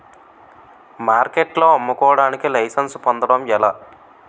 మార్కెట్లో అమ్ముకోడానికి లైసెన్స్ పొందడం ఎలా?